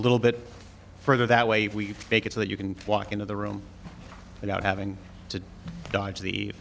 little bit further that way we make it so that you can walk into the room without having to dodge the